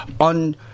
on